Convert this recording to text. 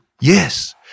Yes